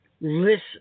Listen